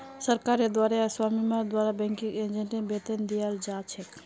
सरकारेर द्वारे या स्वामीर द्वारे बैंकिंग एजेंटक वेतन दियाल जा छेक